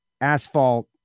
asphalt